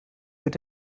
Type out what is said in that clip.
wird